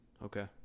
Okay